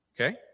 Okay